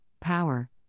power